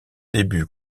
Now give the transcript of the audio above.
débuts